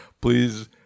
Please